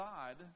God